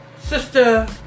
Sister